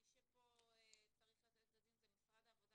מי שכאן צריך לתת את הדין זה משרד העבודה